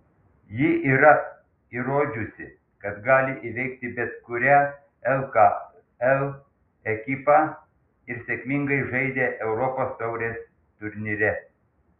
ji yra įrodžiusi kad gali įveikti bet kurią lkl ekipą ir sėkmingai žaidė europos taurės turnyre